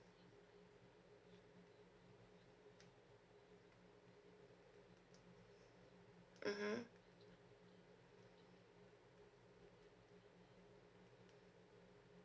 mmhmm